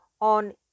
on